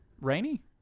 Rainy